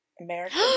American